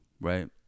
right